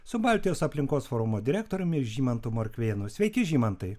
su baltijos aplinkos forumo direktoriumi žymantu morkvėnu sveiki žymantai